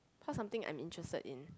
what's something I'm interested in